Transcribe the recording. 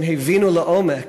הם הבינו לעומק